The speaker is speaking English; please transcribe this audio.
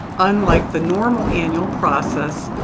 unlike the normal annual process,